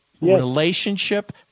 relationship